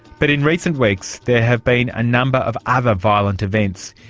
but in recent weeks there has been a number of other violent events,